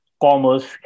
commerce